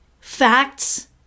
Facts